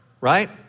right